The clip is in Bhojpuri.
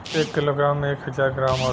एक किलोग्राम में एक हजार ग्राम होला